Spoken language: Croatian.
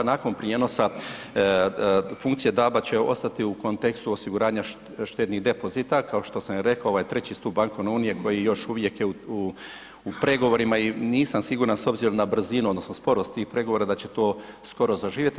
Nakon prijenosa funkcije DAB-a će ostati u kontekstu osiguranja štednih depozita kao što sam i rekao, ovo je treći stup bankovne unije koji još uvijek je u pregovorima i nisam siguran s obzirom na brzinu odnosno sporost tih pregovora da će to skoro zaživjeti.